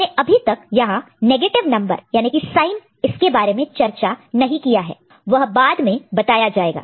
हमने अभी तक यहां नेगेटिव नंबर याने की साइन इसके बारे में चर्चा नहीं किया है वह बाद में बताया जाएगा